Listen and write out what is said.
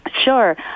Sure